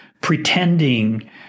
pretending